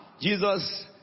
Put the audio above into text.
jesus